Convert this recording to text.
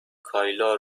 کایلا